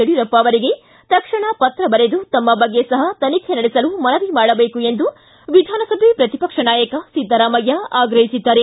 ಯಡಿಯೂರಪ್ಪ ಅವರಿಗೆ ತಕ್ಷಣ ಪತ್ರ ಬರೆದು ತಮ್ಮ ಬಗ್ಗೆ ಸಹ ತನಿಖೆ ನಡೆಸಲು ಮನವಿ ಮಾಡಬೇಕು ಎಂದು ವಿಧಾನಸಭೆ ಪ್ರತಿಪಕ್ಷ ನಾಯಕ ಸಿದ್ದರಾಮಯ್ಯ ಆಗ್ರಹಿಸಿದ್ದಾರೆ